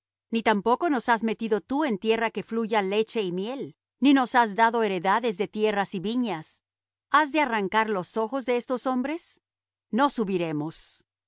ni tampoco nos has metido tú en tierra que fluya leche y miel ni nos has dado heredades de tierras y viñas has de arrancar los ojos de estos hombres no subiremos